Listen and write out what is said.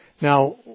Now